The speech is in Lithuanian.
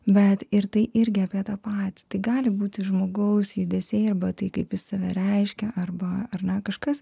bet ir tai irgi apie tą patį tik gali būti žmogaus judesiai arba tai kaip jis save reiškia arba ar ne kažkas